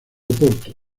oporto